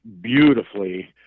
beautifully